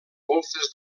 golfes